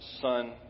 Son